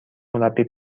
مربی